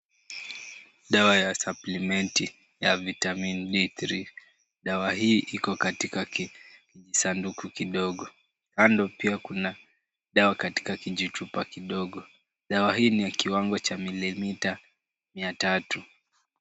Dawa ya suplement ya vitamini D three . Dawa hii iko katika kijisanduku kidogo. Kando pia kuna dawa katika kijichupa kidogo. Dawa hii ni ya kiwango cha mililita miatatu.